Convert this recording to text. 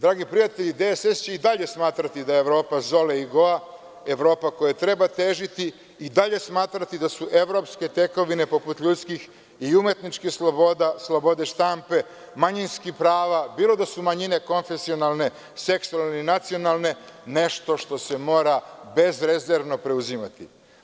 Dragi prijatelji, DSS će i dalje smatrati da je Evropa Zole i Igoa, Evropa kojoj treba težiti i dalje smatrati da su evropske tekovine, poput ljudskih i umetničkih sloboda, slobode štampe, manjinskih prava, bilo da su manjine konfesionalne, nacionalne, nešto što se mora bez rezervno preuzimati.